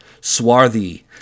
swarthy